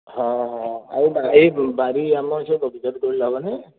ହଁ ହଁ ଆଉ ଏଇ ବାଡି ଆମର ସେ ବାଗିଚାରୁ ତୋଳିଲେ ହେବନି